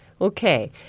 Okay